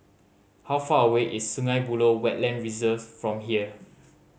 how far away is Sungei Buloh Wetland Reserve from here